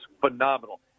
phenomenal